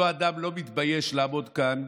אותו אדם לא מתבייש לעמוד כאן,